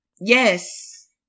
Yes